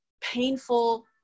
painful